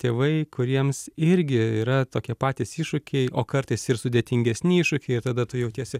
tėvai kuriems irgi yra tokie patys iššūkiai o kartais ir sudėtingesni iššūkiai ir tada tu jautiesi